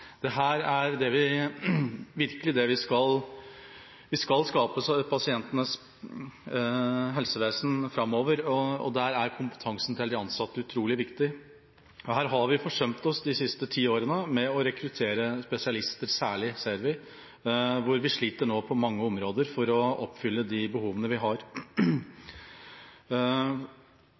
Vi skal skape pasientenes helsevesen framover, og der er kompetansen til de ansatte utrolig viktig. Her har vi forsømt oss de siste ti årene, særlig med å rekruttere spesialister, ser vi, og vi sliter nå på mange områder for å oppfylle de behovene vi har.